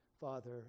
Father